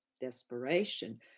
desperation